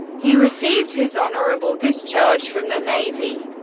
he received his honorable discharge from the navy.